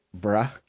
bruh